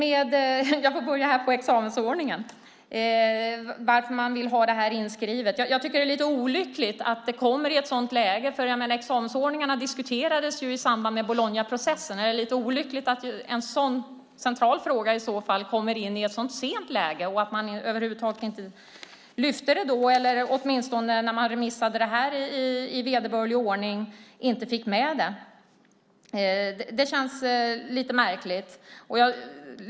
Fru talman! Jag börjar med examensordning och varför man vill ha det inskrivet. Jag tycker att det är lite olyckligt att det kommer i ett sådant läge. Examensordningarna diskuterades med Bolognaprocessen. Det är lite olyckligt att en sådan central fråga kommer in i ett sådant sent läge. Man borde ha lyft fram det då eller åtminstone när man remissbehandlade det i vederbörlig ordning, men man fick inte med det. Det känns lite märkligt.